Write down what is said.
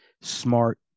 smart